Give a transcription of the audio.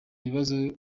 bibazo